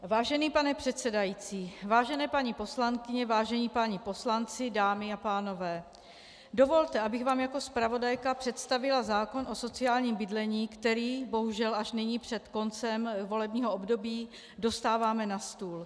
Vážený pane předsedající, vážené paní poslankyně, vážení páni poslanci, dámy a pánové, dovolte, abych vám jako zpravodajka představila zákon o sociálním bydlení, který bohužel až nyní, před koncem volebního období, dostáváme stůl.